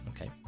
Okay